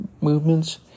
movements